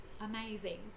amazing